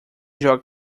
joga